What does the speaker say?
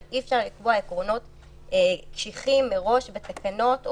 אבל אי-אפשר לקבוע עקרונות שטחיים מראש בתקנות,